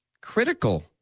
critical